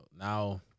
now